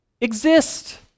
exist